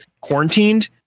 quarantined